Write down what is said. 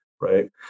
right